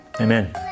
Amen